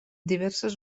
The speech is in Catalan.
diverses